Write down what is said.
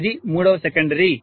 ఇది మూడవ సెకండరీ